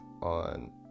on